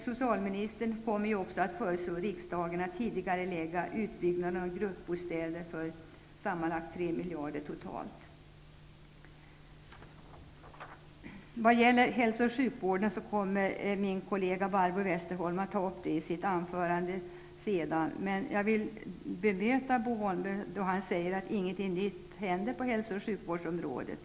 Socialministern kommer att föreslå riksdagen att tidigarelägga utbyggnaden av gruppbostäder till en kostnad av 3 miljarder totalt. Vad gäller hälso och sjukvården vill jag bara säga att min partikollega Barbro Westerholm kommer att tala om den i sitt anförande senare här. Jag vill emellertid bemöta Bo Holmberg, som säger att ingenting nytt händer på hälso och sjukvårdsområdet.